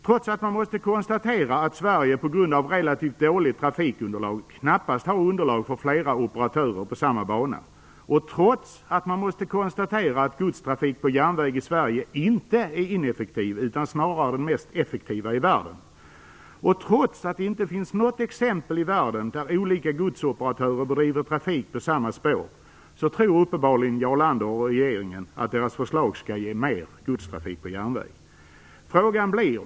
Trots att man måste konstatera att Sverige på grund av relativt dåligt trafikunderlag knappast har underlag för flera operatörer på samma bana, och trots att man måste konstatera att godstrafik på järnväg i Sverige inte är ineffektiv utan snarare den mest effektiva i världen, och trots att det inte finns något exempel i världen på att olika godsoperatörer bedriver trafik på samma spår tror Jarl Lander och regeringen uppenbarligen att deras förslag skall ge mer godstrafik på järnväg.